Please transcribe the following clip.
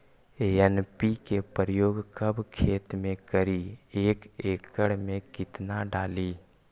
NPK प्रयोग कब खेत मे करि एक एकड़ मे कितना डाली?